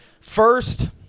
first